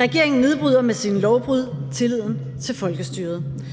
Regeringen nedbryder med sine lovbrud tilliden til folkestyret.